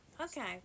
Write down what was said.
Okay